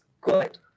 good